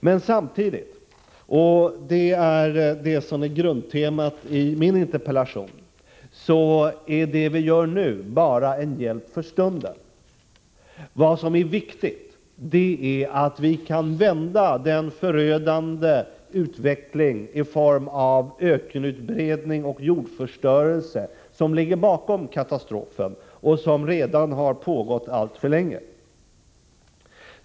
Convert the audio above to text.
Det vi nu gör är dock — och detta är grundtemat i min interpellation — bara en hjälp för stunden. Det viktiga är att vi kan vända den förödande utveckling i form av ökenutbredning och jordförstörelse som ligger bakom katastrofen och som redan har pågått alltför länge.